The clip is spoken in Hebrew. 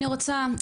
אני רוצה,